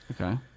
Okay